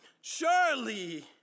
Surely